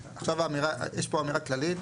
יש פה אמירה כללית,